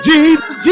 Jesus